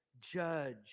judge